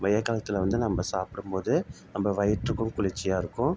வெய்யல் காலத்தில் வந்து நம்ம சாப்பிடும்போது நம்ம வயிற்றுக்கும் குளிர்ச்சியாக இருக்கும்